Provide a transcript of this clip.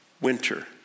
winter